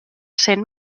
cent